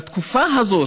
בתקופה הזאת,